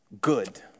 good